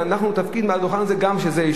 התפקיד מעל הדוכן הזה הוא גם שזה יישמע.